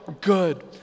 good